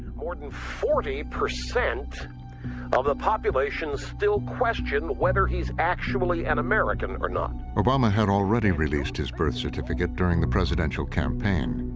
more than forty percent of the population still question whether he's actually an american or not. narrator obama had already released his birth certificate during the presidential campaign.